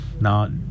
Now